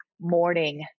morning